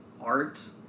art